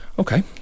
Okay